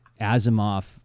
Asimov